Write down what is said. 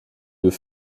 deux